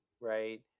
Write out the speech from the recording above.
right